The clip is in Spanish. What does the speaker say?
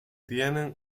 tienen